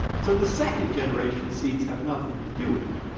so the second generation seeds have nothing to do with it.